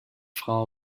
frau